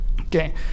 Okay